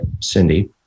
Cindy